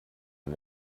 and